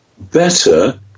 better